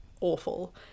awful